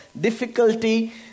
difficulty